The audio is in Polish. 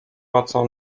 płacą